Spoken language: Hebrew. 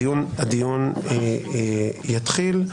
הדיון יתחיל.